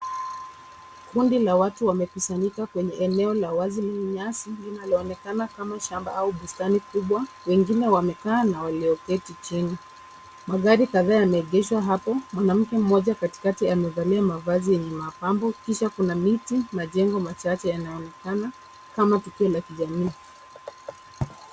Kundi la watu wamekusanyika eneo la wazi linaloonekana kama shamba au bustani kubwa, wengine wamekaa na walioketi chini. Magari kadhaa yameegeshwa apo, mwanamke mmoja katikati amevalia mavazi yenye mapambo kisha kuna miti, majengo machache yanaonekana kama tukio la kijamii.